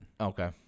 Okay